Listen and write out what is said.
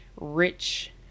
rich